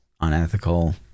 unethical